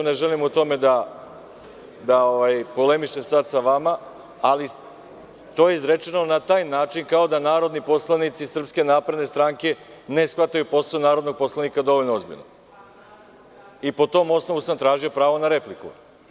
Ne želim o tome da polemišem sa vama, ali to je izrečeno na taj način da kao da narodni poslanici SNS ne shvataju posao narodnog poslanika dovoljno obavezno i po tom osnovu sam tražio pravo na repliku.